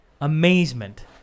amazement